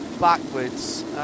backwards